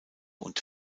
und